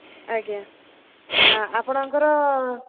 ଆଜ୍ଞା ଆପଣଙ୍କର